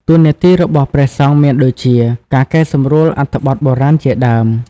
តួនាទីរបស់ព្រះសង្ឃមានដូចជា ការកែសម្រួលអត្ថបទបុរាណជាដើម។